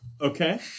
Okay